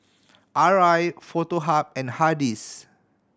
Arai Foto Hub and Hardy's